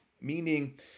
meaning